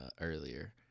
earlier